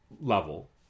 level